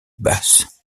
basse